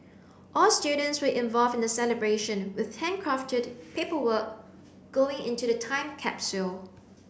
all students were involved in the celebration with handcrafted paperwork going into the time capsule